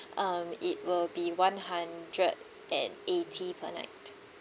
um it will be one hundred and eighty per night